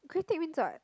critique means what